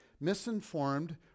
misinformed